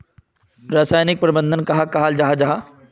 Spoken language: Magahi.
रासायनिक प्रबंधन कहाक कहाल जाहा जाहा?